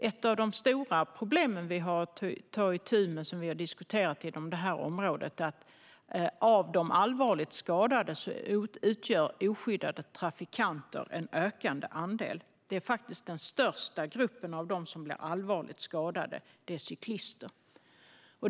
Ett av de stora problem vi har att ta itu med, som vi har diskuterat inom detta område, är att av de allvarligt skadade utgör oskyddade trafikanter en ökande andel. Den största gruppen av dem som blir allvarligt skadade är cyklister.